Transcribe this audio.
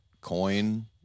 coin